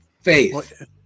faith